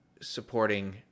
supporting